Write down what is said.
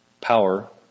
power